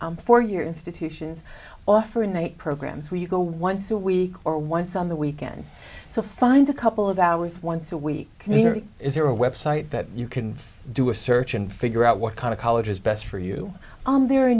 four year institutions offer a night programs where you go once a week or once on the weekends to find a couple of hours once a week is there a website that you can do a search and figure out what kind of college is best for you there are a